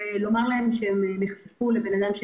ולבקש מהם להיכנס